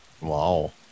Wow